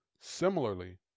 Similarly